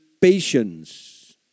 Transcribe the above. patience